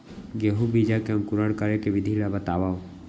गेहूँ बीजा के अंकुरण करे के विधि बतावव?